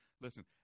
Listen